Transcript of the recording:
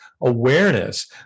awareness